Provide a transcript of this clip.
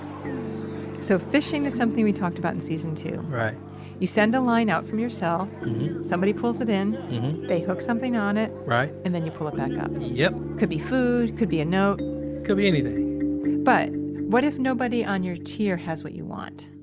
so fishing is something we talked about in season two right you send a line out from your cell mhm somebody pulls it in mhm they hook something on it right and then you pull it back up yep could be food, could be a note could be anything but what if nobody on your tier has what you want?